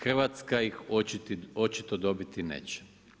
Hrvatska ih očito dobiti neće.